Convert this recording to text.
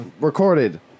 recorded